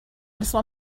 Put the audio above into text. اسمم